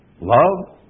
Love